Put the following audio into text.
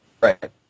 right